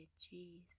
cheese